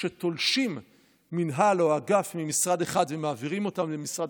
כשתולשים מינהל או אגף ממשרד אחד ומעבירים אותם למשרד